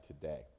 today